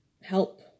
help